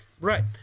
Right